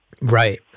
right